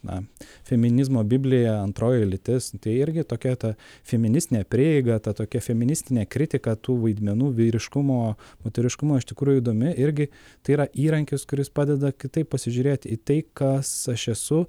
na feminizmo biblija antroji lytis tai irgi tokia ta feministinė prieiga ta tokia feministinė kritika tų vaidmenų vyriškumo moteriškumo iš tikrųjų įdomi irgi tai yra įrankis kuris padeda kitaip pasižiūrėti į tai kas aš esu